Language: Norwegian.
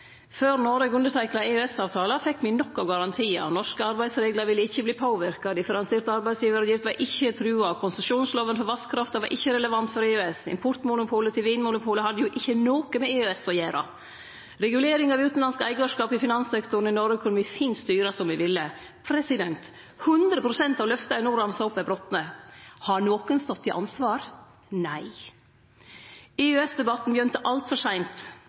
før. Før Noreg underteikna EØS-avtalen, fekk me nok av garantiar. Norske arbeidsreglar ville ikkje verte påverka. Differensiert arbeidsgjevaravgift var ikkje trua. Konsesjonslovene for vasskrafta var ikkje relevante for EØS. Importmonopolet til Vinmonopolet hadde ikkje noko med EØS å gjere. Reguleringar av utanlandsk eigarskap i finanssektoren i Noreg kunne me fint styre som me ville. 100 pst. av løfta eg no ramsa opp, er brotne. Har nokon stått til ansvar? Nei. EØS-debatten begynte altfor seint.